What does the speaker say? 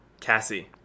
Cassie